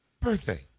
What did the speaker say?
birthday